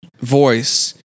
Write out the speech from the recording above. voice